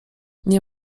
nie